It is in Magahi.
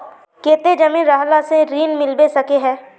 केते जमीन रहला से ऋण मिलबे सके है?